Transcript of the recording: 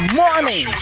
morning